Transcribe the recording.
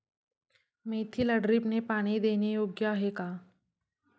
मेथीला ड्रिपने पाणी देणे योग्य आहे का?